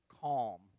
calm